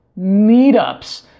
meetups